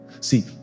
see